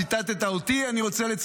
אתם רוצים להכריז מלחמה על התקשורת החופשית,